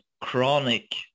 chronic